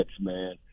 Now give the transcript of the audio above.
man